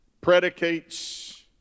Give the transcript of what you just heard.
predicates